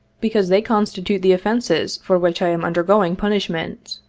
because they constitute the offences for which i am undergoing punishment.